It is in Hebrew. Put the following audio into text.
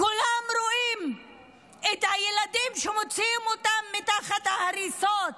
כולם רואים את הילדים שמוציאים אותם מתחת ההריסות.